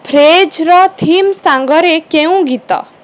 ଫ୍ରେଜ୍ର theme ସାଙ୍ଗରେ କେଉଁ ଗୀତ